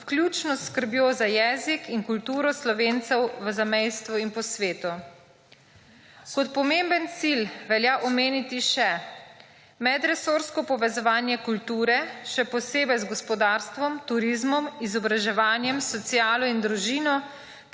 vključno s skrbjo za jezik in kulturo Slovencev v zamejstvu in po svetu. Kot pomemben cilj velja omeniti še: medresorsko povezovanje kulture, še posebej z gospodarstvom, turizmom, izobraževanjem, socialo in družino,